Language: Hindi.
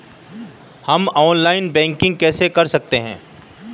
हम ऑनलाइन बैंकिंग कैसे कर सकते हैं?